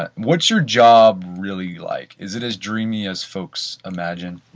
ah what's your job really like? is it as dreamy as folks imagine?